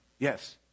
Yes